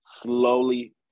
slowly